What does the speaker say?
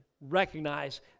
recognize